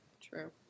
True